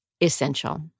essential